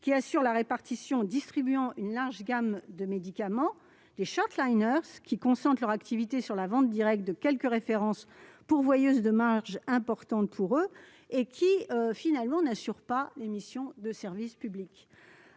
qui assurent la répartition, distribuant une large gamme de médicaments, des, lesquels concentrent leur activité sur la vente directe de quelques références pourvoyeuses de marges importantes et n'assurent pas les missions de service public.